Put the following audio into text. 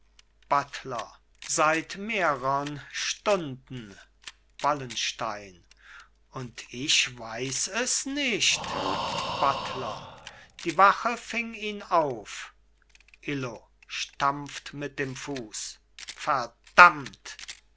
buttler seit mehrern stunden wallenstein und ich weiß es nicht buttler die wache fing ihn auf illo stampft mit dem fuß verdammt